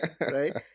right